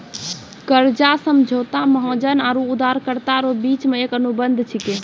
कर्जा समझौता महाजन आरो उदारकरता रो बिच मे एक अनुबंध छिकै